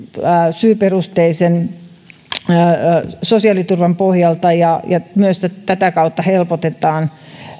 syyperusteisen sosiaaliturvan pohjalta ja ja tätä kautta helpotetaan